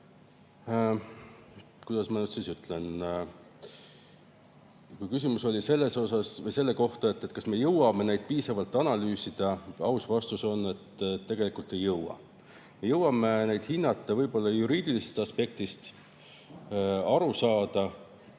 kuidas ma nüüd siis ütlen … Kui küsimus oli selle kohta, kas me jõuame neid piisavalt analüüsida, siis aus vastus on, et tegelikult ei jõua. Me jõuame neid hinnata võib-olla juriidilisest aspektist, aru saada,